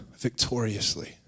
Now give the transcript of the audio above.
victoriously